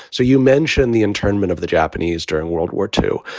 so you mentioned the internment of the japanese during world war two.